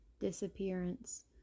disappearance